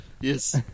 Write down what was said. Yes